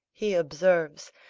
he observes,